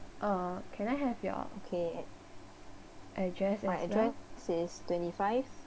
uh can I have your address as well